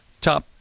top